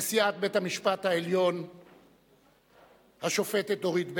נשיאת בית-המשפט העליון השופטת דורית בייניש,